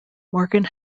morgan